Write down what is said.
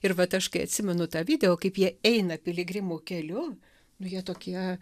ir vat aš kai atsimenu tą video kaip jie eina piligrimų keliu nu jie tokie